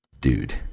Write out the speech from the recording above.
Dude